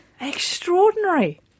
Extraordinary